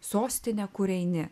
sostine kur eini